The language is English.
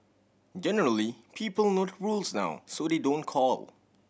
generally people know the rules now so they don't call